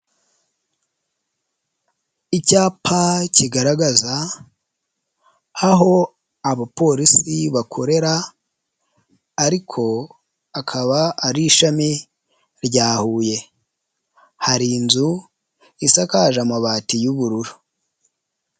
Icyapa kigaragaza aho abapolisi bakorera, ariko akaba ari ishami rya Huye hari inzu isakaje amabati y'ubururu.